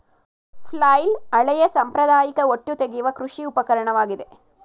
flail ಹಳೆಯ ಸಾಂಪ್ರದಾಯಿಕ ಹೊಟ್ಟು ತೆಗೆಯುವ ಕೃಷಿ ಉಪಕರಣವಾಗಿದೆ